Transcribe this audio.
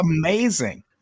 amazing